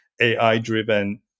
AI-driven